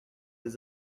des